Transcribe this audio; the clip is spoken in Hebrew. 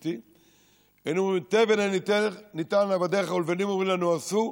גברתי היינו אומרים: "תבן אין ניתן לעבדיך ולבנים אומרים לנו עשו",